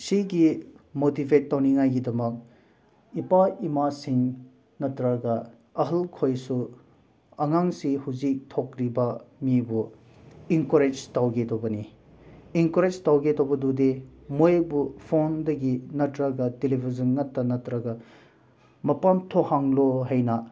ꯁꯤꯒꯤ ꯃꯣꯇꯤꯕꯦꯠ ꯇꯧꯅꯤꯡꯉꯥꯏꯒꯤꯗꯃꯛ ꯏꯄꯥ ꯏꯃꯥꯁꯤꯡ ꯅꯠꯇ꯭ꯔꯒ ꯑꯍꯜꯈꯣꯏꯁꯨ ꯑꯉꯥꯡꯁꯦ ꯍꯧꯖꯤꯛ ꯊꯣꯛꯂꯤꯕ ꯃꯤꯕꯨ ꯑꯦꯟꯀꯔꯦꯖ ꯇꯧꯕꯤꯒꯗꯕꯅꯤ ꯑꯦꯟꯀꯔꯦꯖ ꯇꯧꯒꯦꯗꯧꯕꯗꯨꯗꯤ ꯃꯣꯏꯕꯨ ꯐꯣꯟꯗꯒꯤ ꯅꯠꯇ꯭ꯔꯒ ꯇꯦꯂꯤꯚꯤꯖꯟ ꯅꯠꯇ ꯅꯠꯇ꯭ꯔꯒ ꯃꯄꯥꯟ ꯊꯣꯛꯍꯜꯂꯣ ꯍꯥꯏꯅ